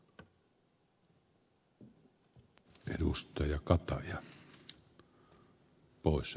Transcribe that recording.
keskustelun nopeatahtinen osuus päättyi